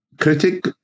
critic